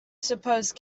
suppose